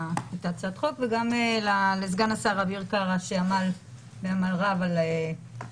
הצעת החוק וגם לסגן השר אביר קארה שעמל בעמל רב על הדברים.